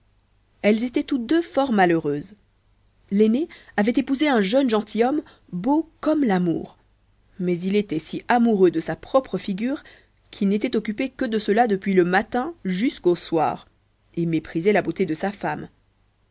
elles étaient toutes deux fort malheureuses l'aînée avait épousé un gentilhomme beau comme le jour mais il était si amoureux de sa propre figure qu'il n'était occupé que de cela depuis le matin jusqu'au soir et méprisait la beauté de sa femme